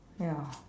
ya